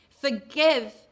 forgive